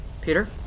Peter